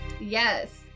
Yes